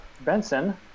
Benson